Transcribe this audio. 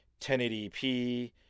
1080p